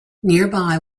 nearby